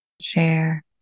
share